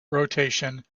rotation